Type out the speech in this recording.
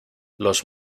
los